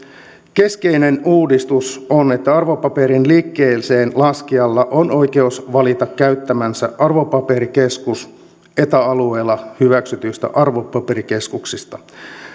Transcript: keskeinen uudistus on että arvopaperin liikkeeseenlaskijalla on oikeus valita käyttämänsä arvopaperikeskus eta alueella hyväksytyistä arvopaperikeskuksista